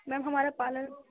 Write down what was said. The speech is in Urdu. میم ہمارا پارلر